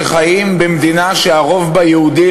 שחיים במדינה שהרוב בה יהודי,